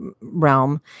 realm